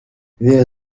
vers